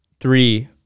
three